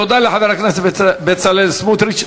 תודה לחבר הכנסת בצלאל סמוטריץ.